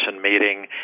meeting